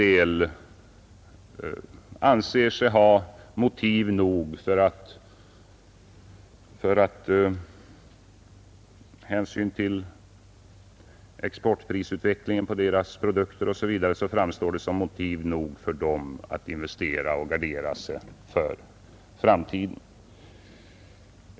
Exportprisutvecklingen för dessa företagares produkter framstår som motiv nog för dem att investera och gardera sig för framtiden.